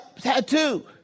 tattoo